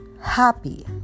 happy